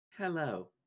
Hello